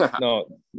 no